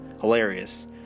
hilarious